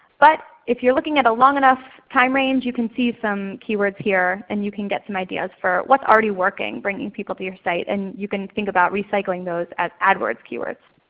but if you're looking at a long enough time range you can see some keywords here and you get some ideas for what's already working bringing people to your site. and you can think about recycling those as adwords keywords.